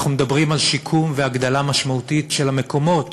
אנחנו מדברים על שיקום והגדלה משמעותית של המקומות